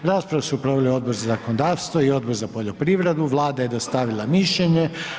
Raspravu su proveli Odbor za zakonodavstvo i Odbor za poljoprivredu, Vlada je dostavila mišljenje.